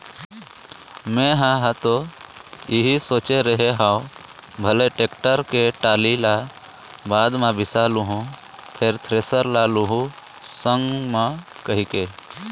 मेंहा ह तो इही सोचे रेहे हँव भले टेक्टर के टाली ल बाद म बिसा लुहूँ फेर थेरेसर ल लुहू संग म कहिके